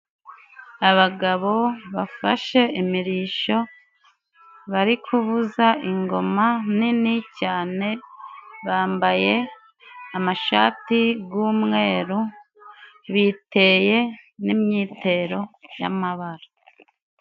Abagabo bafashe imirisho, bari kuvuza ingoma nini cyane, bambaye amashati g'umweru, biteye n'imyitero y'amabara.